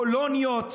לקולוניות